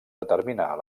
determinar